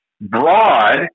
broad